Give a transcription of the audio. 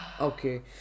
Okay